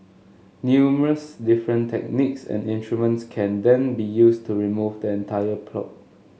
numerous different techniques and instruments can then be used to remove then entire polyp